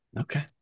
Okay